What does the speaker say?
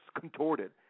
contorted